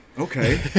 okay